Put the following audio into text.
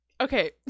okay